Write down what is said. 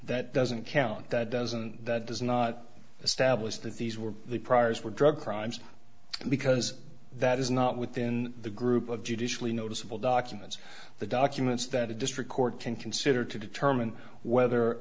that doesn't count that doesn't that does not establish that these were the priors were drug crimes because that is not within the group of judicially noticeable documents the documents that a district court can consider to determine whether